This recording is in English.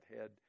head